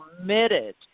committed